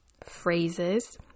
phrases